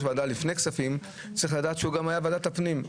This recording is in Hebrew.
ועדת כספים צריך לדעת שהוא גם היה בוועדת פנים.